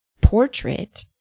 portrait